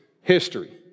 history